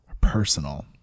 personal